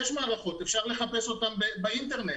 יש מערכות, אפשר לחפש אותן באינטרנט,